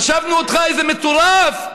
חשבנו שאתה איזה מטורף.